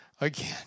again